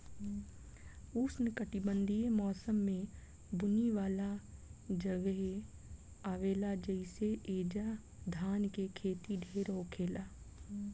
उष्णकटिबंधीय मौसम में बुनी वाला जगहे आवेला जइसे ऐजा धान के खेती ढेर होखेला